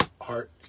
heart